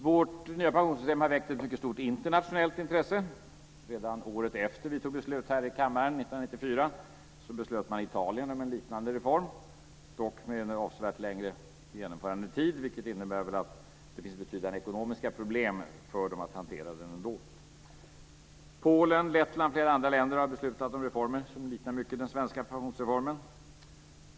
Vårt nya pensionssystem har väckt ett mycket stort internationellt intresse. Redan året efter det att vi tog beslut här i kammaren, 1994, beslöt man i Italien om en liknande reform, dock med en avsevärt längre genomförandetid. Det innebär väl att det finns betydande ekonomiska problem för dem att hantera den ändå. Polen, Lettland och flera andra länder har beslutat om reformer som mycket liknar den svenska pensionsreformen.